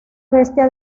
bestia